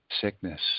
sickness